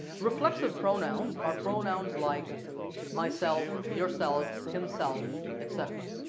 reflexive pronouns are pronouns like myself yourself, himself etc.